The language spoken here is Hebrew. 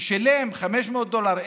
ששילם 500 דולר,